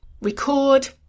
record